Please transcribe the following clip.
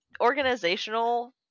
organizational